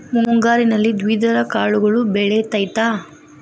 ಮುಂಗಾರಿನಲ್ಲಿ ದ್ವಿದಳ ಕಾಳುಗಳು ಬೆಳೆತೈತಾ?